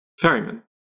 ferryman